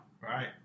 Right